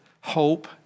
hope